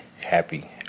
happy